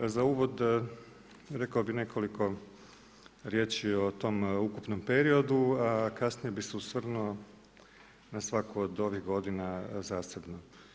Za uvod rekao bih nekoliko riječi o tom ukupnom periodu a kasnije bih se osvrnuo na svaku od ovih godina zasebno.